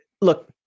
look